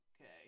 Okay